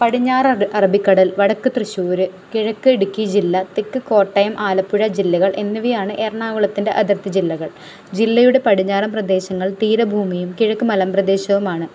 പടിഞ്ഞാറ് അറബിക്കടൽ വടക്ക് തൃശ്ശൂര് കിഴക്ക് ഇടുക്കി ജില്ല തെക്ക് കോട്ടയം ആലപ്പുഴ ജില്ലകൾ എന്നിവയാണ് എറണാകുളത്തിൻ്റെ അതിർത്തി ജില്ലകൾ ജില്ലയുടെ പടിഞ്ഞാറൻ പ്രദേശങ്ങൾ തീരഭൂമിയും കിഴക്ക് മലമ്പ്രദേശവുമാണ്